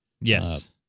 Yes